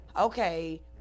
okay